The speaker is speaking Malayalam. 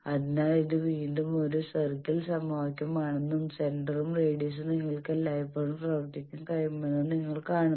അതിനാൽ ഇത് വീണ്ടും ഒരു സർക്കിൾ സമവാക്യമാണെന്നും സെന്ററും റേഡിയസും നിങ്ങൾക്ക് എല്ലായ്പ്പോഴും പ്രവർത്തിക്കാൻ കഴിയുമെന്നും നിങ്ങൾ കാണുന്നു